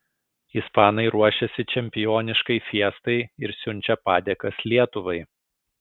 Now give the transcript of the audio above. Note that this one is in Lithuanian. ispanai ruošiasi čempioniškai fiestai ir siunčia padėkas lietuvai